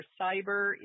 cyber